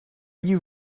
you